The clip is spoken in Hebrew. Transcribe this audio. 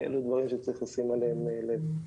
אלו דברים שצריך לשים עליהם לב.